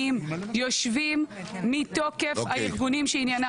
היום יושבים מתוקף הארגונים שעניינם סביבה.